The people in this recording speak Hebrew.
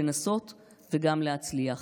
לנסות וגם להצליח.